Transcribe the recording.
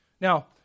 Now